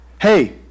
hey